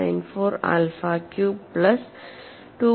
894 alpha cube plus 2